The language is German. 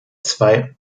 zwei